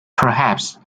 perhaps